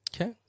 okay